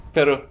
Pero